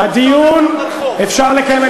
אפשר לקיים.